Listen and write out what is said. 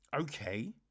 okay